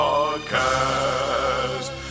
Podcast